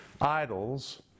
idols